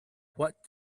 what